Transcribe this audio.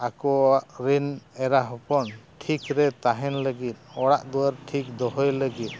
ᱟᱠᱚᱣᱟᱜ ᱨᱤᱱ ᱮᱨᱟ ᱦᱚᱯᱚᱱ ᱴᱷᱤᱠ ᱨᱮ ᱛᱟᱦᱮᱱ ᱞᱟᱹᱜᱤᱫ ᱚᱲᱟᱜ ᱫᱩᱣᱟᱹᱨ ᱴᱷᱤᱠ ᱫᱚᱦᱚᱭ ᱞᱟᱹᱜᱤᱫ